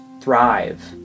thrive